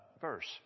verse